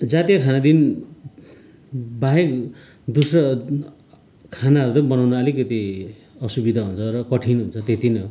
जातीय खानादेखिन् बाहेक दुस्रो खानाहरू त बनाउन अलिकति असुविदा हुन्छ र कठिन हुन्छ त्यति नै हो